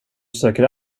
söker